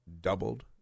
doubled